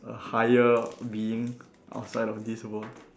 a higher being outside of this world